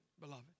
beloved